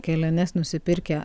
keliones nusipirkę